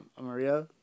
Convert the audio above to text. Maria